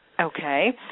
Okay